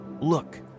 look